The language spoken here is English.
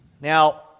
Now